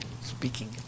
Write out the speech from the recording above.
speaking